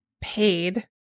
paid